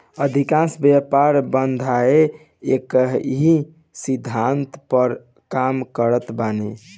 अधिकांश व्यापार बाधाएँ एकही सिद्धांत पअ काम करत बानी